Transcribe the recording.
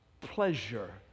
pleasure